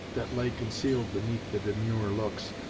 that lay concealed beneath the demure looks,